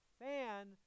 Fan